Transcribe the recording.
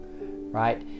right